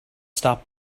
stop